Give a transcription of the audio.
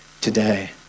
today